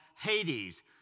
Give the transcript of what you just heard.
Hades